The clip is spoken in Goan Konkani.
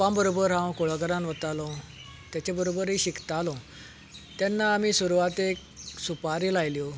पप्पा बरोबर हांव कुळागरांत वतालों ताच्या बरोबरय शिकतालो तेन्ना आमी सुरवातेक सुपाऱ्यो लायल्यो